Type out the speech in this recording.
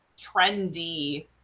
trendy